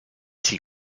six